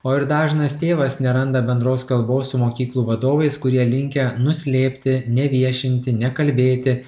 o ir dažnas tėvas neranda bendros kalbos su mokyklų vadovais kurie linkę nuslėpti neviešinti ne kalbėti